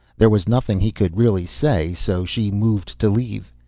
there was nothing he could really say so she moved to leave.